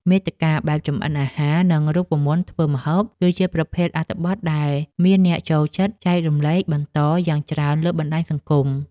មាតិកាបែបចម្អិនអាហារ និងរូបមន្តធ្វើម្ហូប គឺជាប្រភេទអត្ថបទដែលមានអ្នកចូលចិត្តចែករំលែកបន្តយ៉ាងច្រើនលើបណ្តាញសង្គម។